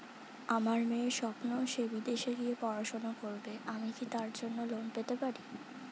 আমার মেয়ের স্বপ্ন সে বিদেশে গিয়ে পড়াশোনা করবে আমি কি তার জন্য লোন পেতে পারি?